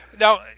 Now